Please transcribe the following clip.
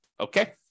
Okay